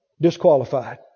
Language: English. disqualified